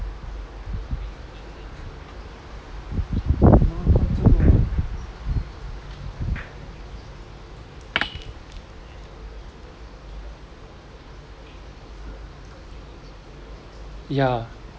ya